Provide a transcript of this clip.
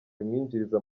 bimwinjiriza